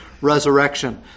resurrection